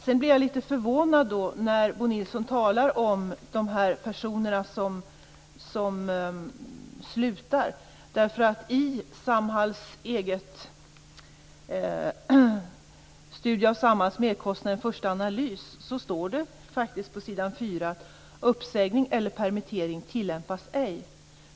Jag blev vidare litet förvånad när Bo Nilsson talade om de personer som slutar. I Samhalls egen studie om Samhall, Merkostnader, en första analys, står det faktiskt på s. 4 att uppsägning eller permittering ej tillämpas.